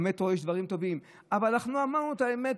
במטרו יש דברים טובים, אבל אנחנו אמרנו את האמת.